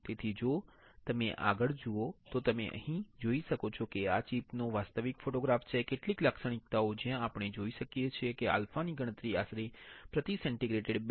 તેથી જો તમે આગળ જુઓ તો તમે અહીં જોઈ શકો છો કે આ ચિપ નો વાસ્તવિક ફોટોગ્રાફ છે કેટલીક લાક્ષણિકતાઓ જ્યાં આપણે જોઈ શકીએ કે આલ્ફાની ગણતરી આશરે પ્રતિ સેન્ટીગ્રેડ 2